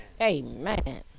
Amen